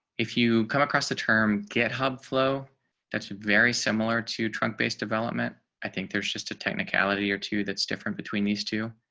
if you come across the term get hub flow that's very similar to trunk based development. i think there's just a technicality or two that's different between these two